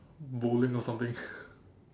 bowling or something